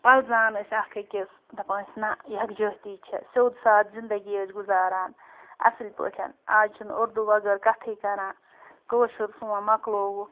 پَلزان ٲسۍ اَکھ أکِس دَپان ٲسۍ نَہ یَکجٔہتی چھےٚ سیوٚد سادٕ زِندگی ٲسۍ گُزاران اَصٕل پٲٹھۍ آز چھِنہٕ اُردو وَغٲر کَتھٕے کَران کٲشٕر سون مۄکلووُکھ